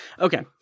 Okay